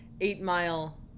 eight-mile